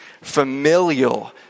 familial